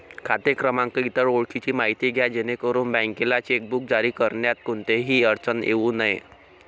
खाते क्रमांक, इतर ओळखीची माहिती द्या जेणेकरून बँकेला चेकबुक जारी करण्यात कोणतीही अडचण येऊ नये